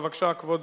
בבקשה, כבוד